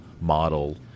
model